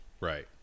Right